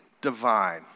divine